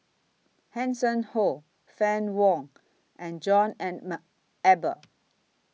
Hanson Ho Fann Wong and John Eber